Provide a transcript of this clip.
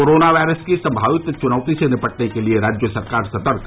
corona virus की सम्भावित चुनौती से निपटने के लिए राज्य सरकार सतर्क